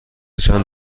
چند